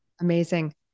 amazing